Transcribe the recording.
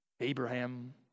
Abraham